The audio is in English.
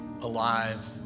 alive